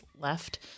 left